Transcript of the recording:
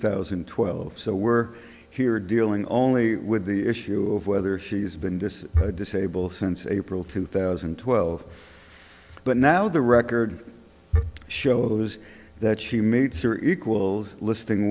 thousand and twelve so we're here dealing only with the issue of whether she's been this disable since april two thousand and twelve but now the record shows that she meets are equals listing